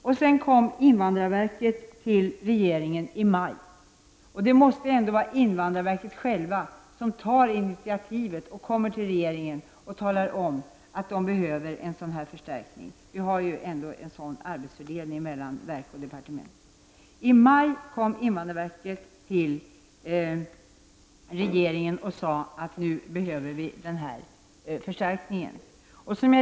I maj inkom invandrarverket till regeringen med en framställning om förstärkning. Enligt den arbetsfördelning vi har mellan verk och departement ankommer det på verken att hos regeringen hemställa om förstärkningar.